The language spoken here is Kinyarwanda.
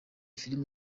filime